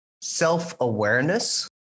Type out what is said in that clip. self-awareness